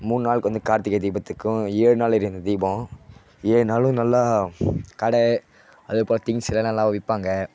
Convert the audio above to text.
மூணு நாளுக்கு வந்து கார்த்திகை தீபத்துக்கும் ஏழு நாள் எரியும் அந்த தீபம் ஏழு நாளும் நல்லா கட அதுக்கு அப்புறம் திங்ஸ் இதெல்லாம் நல்லா விற்பாங்க